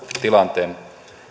tilanteen